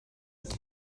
its